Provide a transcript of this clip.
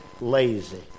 Lazy